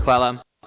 Hvala.